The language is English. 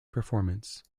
performance